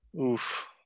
Oof